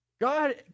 God